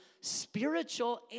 spiritual